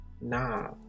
Nah